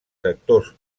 sectors